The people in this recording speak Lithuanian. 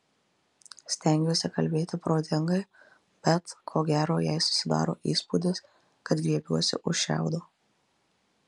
stengiuosi kalbėti protingai bet ko gero jai susidaro įspūdis kad griebiuosi už šiaudo